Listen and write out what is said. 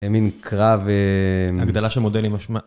זה מין קרב, הגדלה של מודל היא משמעת.